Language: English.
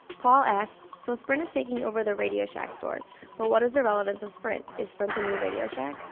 paul asks, so sprint is taking over the radio shack stores, but what is the relevance of sprint? is sprint the new radio shack?